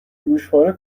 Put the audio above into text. گوشواره